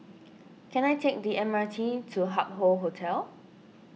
can I take the M R T to Hup Hoe Hotel